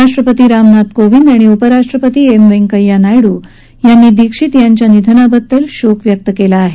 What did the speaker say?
राष्ट्रपती रामनाथ कोविंद आणि उपराष्ट्रपती एम वैंकय्या नायडू दीक्षित यांच्या निधनाबद्दल शोक व्यक्त केला आहे